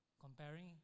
comparing